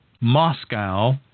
Moscow